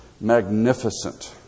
magnificent